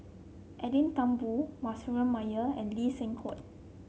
Edwin Thumboo Manasseh Meyer and Lee Seng Huat